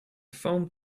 found